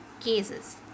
Cases